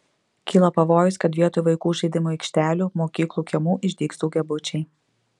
kyla pavojus kad vietoj vaikų žaidimų aikštelių mokyklų kiemų išdygs daugiabučiai